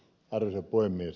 arvoisa puhemies